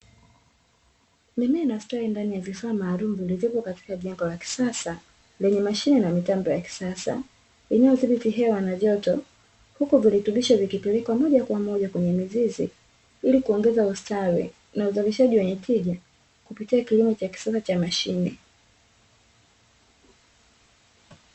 Mimea inastawi ndani ya vifaa maalumu vilivyopo katika jengo la kisasa lenye mashine na mitambo ya kisasa, inayodhibiti hewa na joto huku virutubisho vikipelekwa moja kwa moja kwenye mizizi ili kuongeza ustawi na uzalishaji wenye tija kupitia killimo cha kisasa cha mashine.